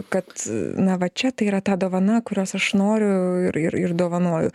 kad na va čia tai yra ta dovana kurios aš noriu ir ir ir dovanoju